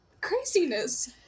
craziness